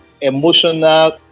emotional